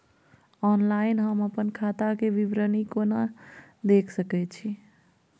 Online हम अपन खाता के विवरणी केना देख सकै छी?